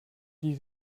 die